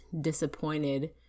disappointed